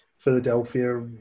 Philadelphia